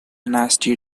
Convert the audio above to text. nasty